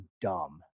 dumb